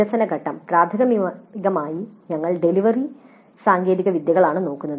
വികസന ഘട്ടം പ്രാഥമികമായി ഞങ്ങൾ ഡെലിവറി സാങ്കേതികവിദ്യകളാണ് നോക്കുന്നത്